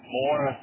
more